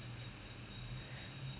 நிறைய:niraya job opportunity